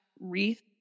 wreath